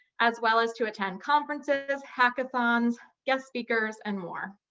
as well as to attend conferences, hackathons, guest speakers, and more.